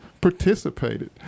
participated